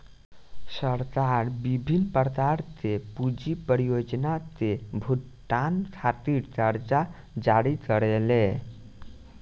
सरकार बिभिन्न प्रकार के पूंजी परियोजना के भुगतान खातिर करजा जारी करेले